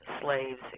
slaves